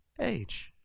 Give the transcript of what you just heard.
age